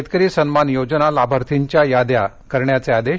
शेतकरी सन्मान योजना लाभार्थींच्या याद्या करण्याचे आदेश